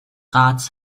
rats